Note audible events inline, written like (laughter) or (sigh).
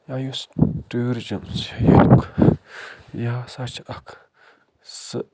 یا یُس ٹُورِزٕم چھِ (unintelligible) یہِ ہسا چھِ اکھ سُہ